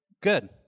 good